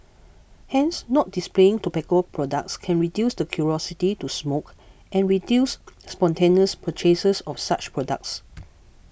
hence not displaying tobacco products can reduce the curiosity to smoke and reduce spontaneous purchases of such products